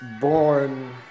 born